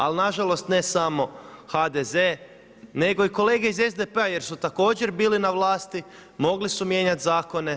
Ali na žalost ne samo HDZ, nego i kolege iz SDP-a jer su također bili na vlasti, mogli su mijenjat zakone.